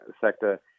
sector